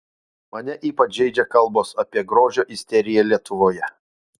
mane ypač žeidžia kalbos apie grožio isteriją lietuvoje